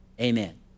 Amen